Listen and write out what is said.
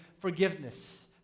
forgiveness